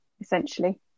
essentially